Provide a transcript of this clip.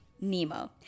Nemo